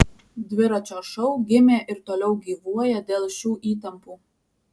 dviračio šou gimė ir toliau gyvuoja dėl šių įtampų